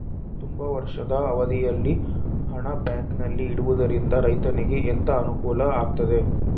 ತುಂಬಾ ವರ್ಷದ ಅವಧಿಯಲ್ಲಿ ಹಣ ಬ್ಯಾಂಕಿನಲ್ಲಿ ಇಡುವುದರಿಂದ ರೈತನಿಗೆ ಎಂತ ಅನುಕೂಲ ಆಗ್ತದೆ?